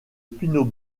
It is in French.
pinot